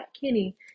Kenny